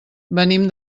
venim